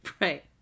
Right